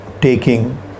taking